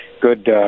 good